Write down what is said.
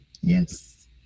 yes